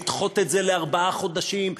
לדחות את זה לארבעה חודשים,